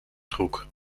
trug